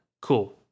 Cool